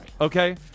Okay